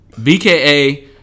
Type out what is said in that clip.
BKA